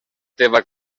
teva